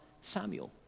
Samuel